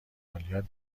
مالیات